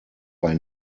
bei